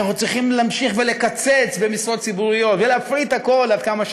שאנחנו צריכים להמשיך לקצץ במשרות ציבוריות ולהפריט הכול עד כמה שאפשר.